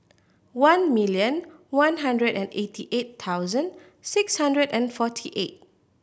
one million one hundred and eighty eight thousand six hundred and forty eight